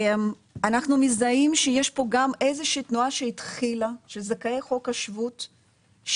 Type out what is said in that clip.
אנחנו מזהים שיש פה גם איזושהי תנועה שהתחילה של זכאי חוק השבת שהגיעו